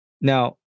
Now